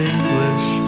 English